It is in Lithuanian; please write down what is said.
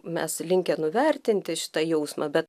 mes linkę nuvertinti šitą jausmą bet